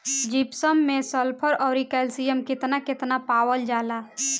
Gypsum मैं sulphur औरी calcium कितना कितना पावल जाला?